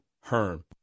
HERM